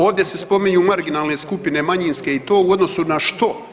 Ovdje se spominju marginalne skupine, manjinske i to u odnosu na što?